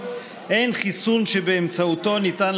23 בעד, 46 נגד.